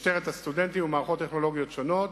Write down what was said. משטרת הסטודנטים ומערכות טכנולוגיות שונות.